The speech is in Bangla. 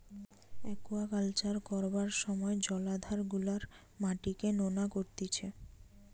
আকুয়াকালচার করবার সময় জলাধার গুলার মাটিকে নোনা করতিছে